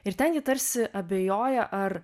ir ten ji tarsi abejoja ar